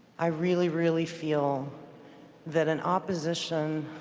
i really, really feel that an opposition